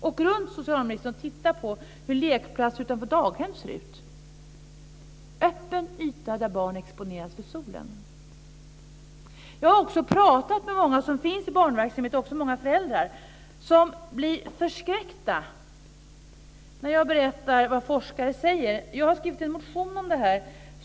Åk runt, socialministern, och titta på hur lekplatser utanför daghem ser ut! Det är en öppen yta där barn exponeras för solen. Jag har också pratat med många som jobbar i barnverksamhet och också med många föräldrar. De blir förskräckta när jag berättar vad forskare säger. Jag har skrivit en motion om detta.